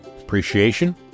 appreciation